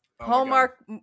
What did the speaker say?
hallmark